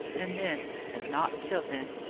and then, and not till then,